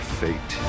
fate